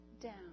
down